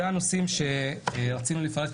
אלה הנושאים שרצינו לפרט.